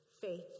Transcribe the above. faith